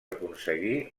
aconseguir